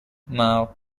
now